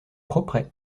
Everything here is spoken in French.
propret